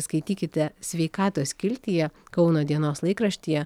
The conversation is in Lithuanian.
skaitykite sveikatos skiltyje kauno dienos laikraštyje